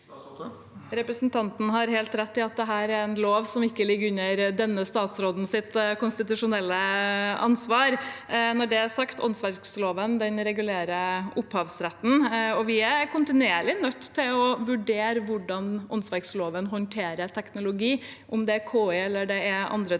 Represen- tanten har helt rett i at dette er en lov som ikke ligger under denne statsrådens konstitusjonelle ansvar. Når det er sagt: Åndsverkloven regulerer opphavsretten, og vi er kontinuerlig nødt til å vurdere hvordan åndsverkloven håndterer teknologi, om det er KI eller om det er andre ting.